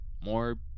more